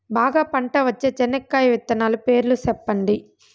బాగా పంట వచ్చే చెనక్కాయ విత్తనాలు పేర్లు సెప్పండి?